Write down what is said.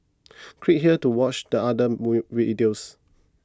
click here to watch the other move videos